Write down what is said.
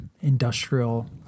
industrial